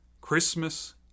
Christmas